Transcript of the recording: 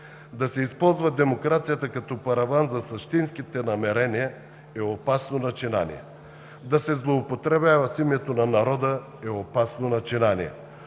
Да се използва демокрацията като параван за същинските намерения е опасно начинание. Да се злоупотребява с името на народа е опасно начинание.